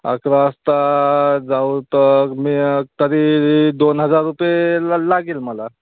अकरा वाजता जाऊ तर मी तरी दोन हजार रुपये ला लागेल मला